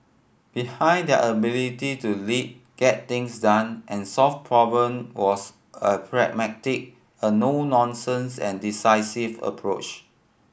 behind their ability to lead get things done and solve was a pragmatic a no nonsense and decisive approach